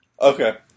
Okay